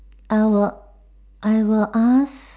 I'll I'll ask